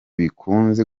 bikunze